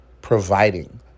providing